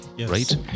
right